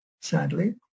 sadly